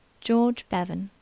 george bevan,